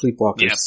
Sleepwalkers